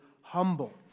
humble